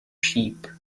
sheep